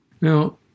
Now